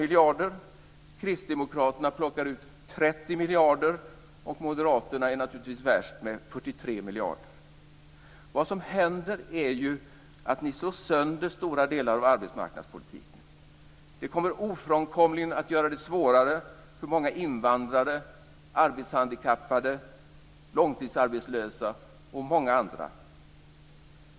miljarder, Kristdemokraterna plockar ut 30 miljarder, och Moderaterna är naturligtvis värst med 43 miljarder. Vad som händer är att ni slår sönder stora delar av arbetsmarknadspolitiken. Det kommer ofrånkomligen att göra det svårare för många invandrare, arbetshandikappade, långtidsarbetslösa och många andra.